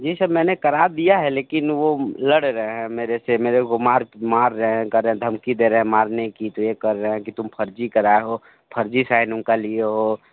जी sir मैंने करा दिया है लेकिन वो लड़ रहे हैं मेरे से मेरे को मार मार रहे हैं कह रहे हैं धमकी दे रहे हैं मारने की तो ये कह रहे हैं कि तुम फ़र्ज़ी कराए हो फ़र्ज़ी साइन उनका लिए हो